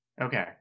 okay